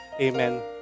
Amen